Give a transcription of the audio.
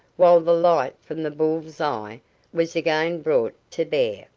while the light from the bull's-eye was again brought to bear,